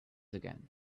again